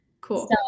Cool